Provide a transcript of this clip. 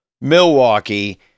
Milwaukee